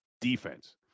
defense